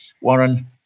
Warren